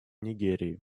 нигерии